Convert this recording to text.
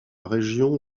région